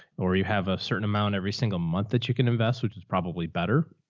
or you have a certain amount every single month that you can invest, which is probably better.